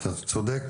אתה צודק.